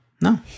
no